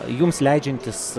jums leidžiantis